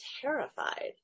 terrified